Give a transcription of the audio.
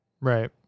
right